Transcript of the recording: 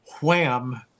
wham